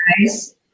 guys